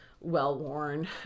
well-worn